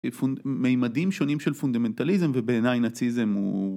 מימדים שונים של פונדמנטליזם ובעיניי נאציזם הוא